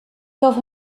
hoffe